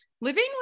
living